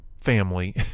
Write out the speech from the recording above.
family